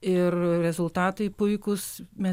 ir rezultatai puikūs mes tikrai iškart su pirmu